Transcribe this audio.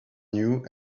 new